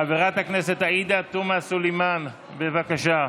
חברת הכנסת עאידה תומא סלימאן, בבקשה,